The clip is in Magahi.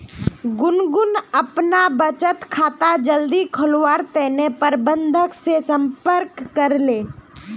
गुनगुन अपना बचत खाता जल्दी खोलवार तने प्रबंधक से संपर्क करले